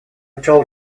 told